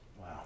Wow